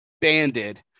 banded